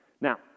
Now